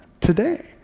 today